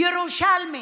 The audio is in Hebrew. ירושלמים,